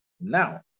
now